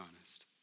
honest